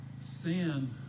sin